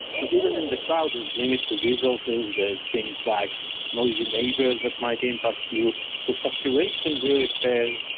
but even in the cloud, there's limit to resources, there's things like noisy neighbors that might impact you, so situation really says,